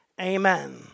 Amen